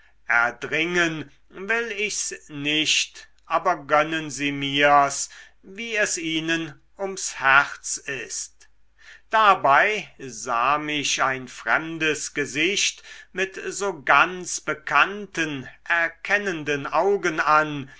erdringen will ich's nicht aber gönnen sie mir's wie es ihnen ums herz ist dabei sah mich ein fremdes gesicht mit so ganz bekannten erkennenden augen an